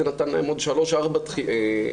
שזה נתן להם עוד שלוש-ארבע תלונות.